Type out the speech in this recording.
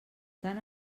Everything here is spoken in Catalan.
tant